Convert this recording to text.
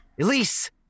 Elise